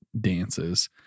dances